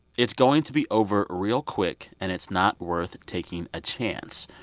it's going to be over real quick, and it's not worth taking a chance.